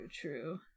true